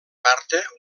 carta